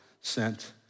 sent